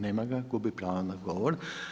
Nema ga – gubi pravo na govor.